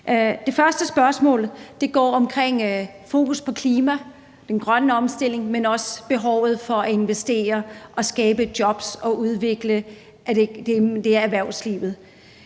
Det første spørgsmål går på fokus på klima, den grønne omstilling, men også behovet for at investere og skabe jobs og udvikle erhvervslivet.